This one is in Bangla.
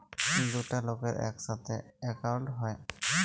দুটা লকের ইকসাথে একাউল্ট হ্যয়